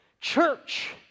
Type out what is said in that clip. church